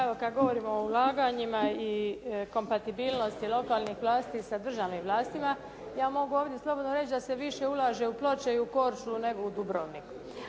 evo, kad govorimo o ulaganjima i kompatibilnosti lokalnih vlasti sa državnim vlastima ja mogu ovdje slobodno reći da se više ulaže u Ploče i u Korčulu nego u Dubrovnik.